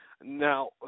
Now